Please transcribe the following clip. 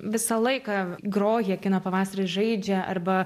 visą laiką groja kino pavasaris žaidžia arba